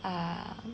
err